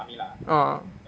uh